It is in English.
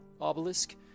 obelisk